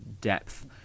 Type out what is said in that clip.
depth